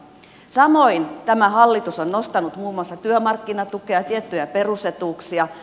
samoin tämä hallitus on nostanut muun muassa työmarkkinatukea tiettyjä perusetuuksia